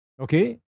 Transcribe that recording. Okay